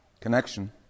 connection